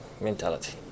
mentality